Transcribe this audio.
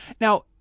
Now